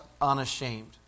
unashamed